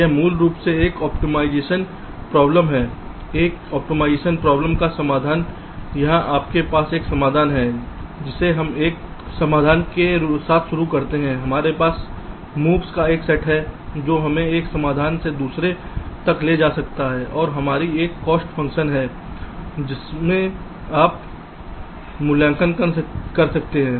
तो यह मूल रूप से एक ऑप्टिमाइजेशन प्रॉब्लम है एक ऑप्टिमाइजेशन प्रॉब्लम का समाधान जहां आपके पास एक समाधान है जिसे हम एक समाधान के साथ शुरू करते हैं हमारे पास मूव्स का एक सेट है जो हमें एक समाधान से दूसरे तक ले जा सकता है और हमारी एक कॉस्ट फंक्शन है जिसमें आप मूल्यांकन कर सकते हैं